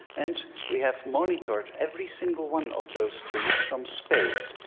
and we have monitored every single one of those trees from space.